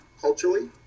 culturally